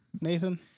Nathan